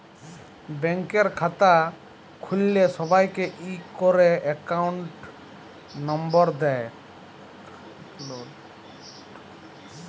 ব্যাংকের খাতা খুল্ল্যে সবাইকে ইক ক্যরে একউন্ট লম্বর দেয়